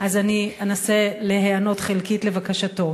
אני אנסה להיענות חלקית לבקשתו.